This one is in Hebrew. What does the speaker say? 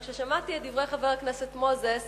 אבל כששמעתי את דברי חבר הכנסת מוזס,